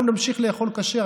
אנחנו נמשיך לאכול כשר,